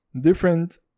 different